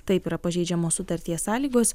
taip yra pažeidžiamos sutarties sąlygos